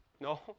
No